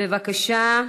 בבקשה,